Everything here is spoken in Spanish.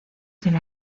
del